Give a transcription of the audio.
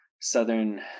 southern